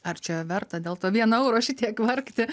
ar čia verta dėl to vieno euro šitiek vargti